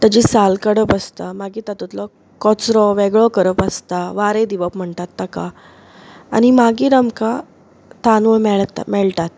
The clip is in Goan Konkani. ताची साल काडप आसता मागीर तातुंतलो कचरो वेगळो करप आसता वारें दिवप म्हणटात ताका आनी मागीर आमकां तांदूळ मेळत मेळटात